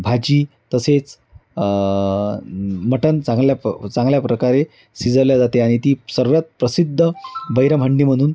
भाजी तसेच मटन चांगल्या प चांगल्या प्रकारे शिजवल्या जाते आणि ती सर्वात प्रसिद्ध बैरभांडी म्हणून